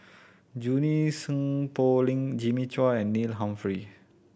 Junie Sng Poh Leng Jimmy Chua and Neil Humphreys